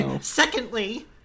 Secondly